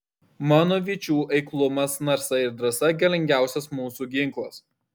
mano vyčių eiklumas narsa ir drąsa galingiausias mūsų ginklas